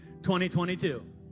2022